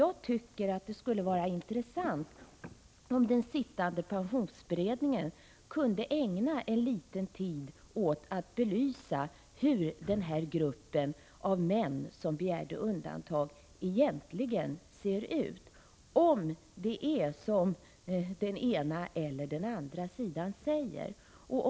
Jag tycker att det skulle vara intressant om den sittande pensionsberedningen kunde ägna någon liten tid åt att belysa hur den här gruppen av män som begärde undantagande egentligen ser ut.